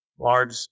large